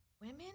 Women